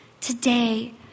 Today